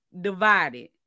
divided